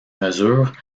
mesures